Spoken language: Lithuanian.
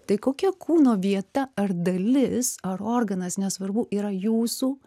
tai kokia kūno vieta ar dalis ar organas nesvarbu yra jūsų